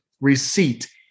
receipt